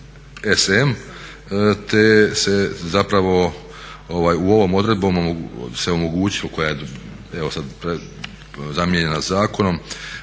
RSRSM te se zapravo ovom odredbom omogućilo koja je sad zamijenjena zakonom,